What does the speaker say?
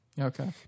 Okay